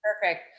Perfect